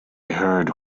heard